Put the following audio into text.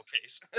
case